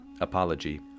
apology